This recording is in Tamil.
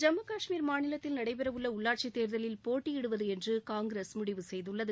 ஜம்மு காஷ்மீர் மாநிலத்தில் நடைபெற உள்ள உள்ளாட்சி தேர்தலில் பங்கேற்பது என்று காங்கிரஸ் முடிவு செய்துள்ளது